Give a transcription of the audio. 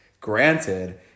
Granted